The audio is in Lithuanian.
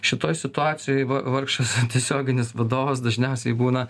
šitoj situacijoj vargšas tiesioginis vadovas dažniausiai būna